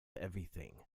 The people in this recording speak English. everything